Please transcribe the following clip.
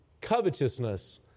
covetousness